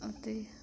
ਅਤੇ